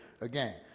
again